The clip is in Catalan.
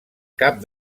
cap